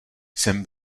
jsem